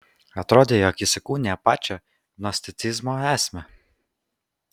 atrodė jog jis įkūnija pačią gnosticizmo esmę